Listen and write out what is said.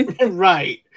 right